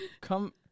Come